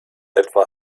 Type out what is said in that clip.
etwa